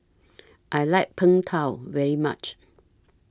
I like Png Tao very much